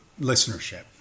listenership